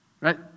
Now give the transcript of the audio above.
right